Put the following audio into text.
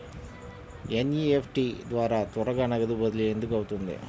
NEFT ద్వారా త్వరగా నగదు బదిలీ ఎందుకు అవుతుంది?